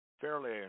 fairly